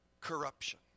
corruption